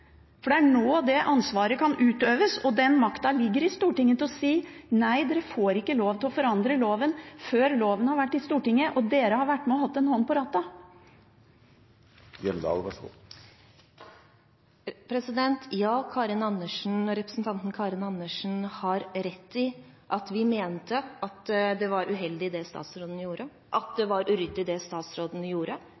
Det er nå det ansvaret kan utøves, og den makten ligger i Stortinget til å si: Nei, dere får ikke lov til å forandre loven før loven har vært i Stortinget og vi har vært med og holdt en hånd på rattet. Ja, representanten Karin Andersen har rett i at vi mente at det var uheldig det statsråden gjorde, og at det